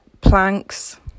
planks